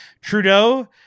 trudeau